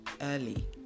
early